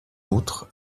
outre